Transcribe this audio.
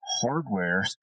hardware